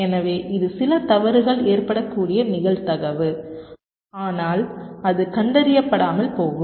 எனவே இது சில தவறுகள் ஏற்படக்கூடிய நிகழ்தகவு ஆனால் அது கண்டறியப்படாமல் போகும்